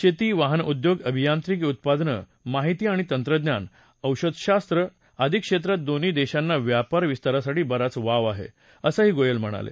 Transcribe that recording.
शेती वाहनउद्योग अभियांत्रिकी उत्पादनं माहिती आणि तंत्रज्ञान औषधशास्त्र आदी क्षेत्रांत दोन्ही देशांना व्यापार विस्तारासाठी बराच वाव आहे असंही गोयल म्हणाले